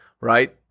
right